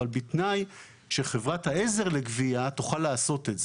אבל בתנאי שחברת העזר לגבייה תוכל לעשות את זה.